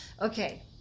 Okay